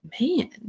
man